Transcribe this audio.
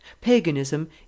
paganism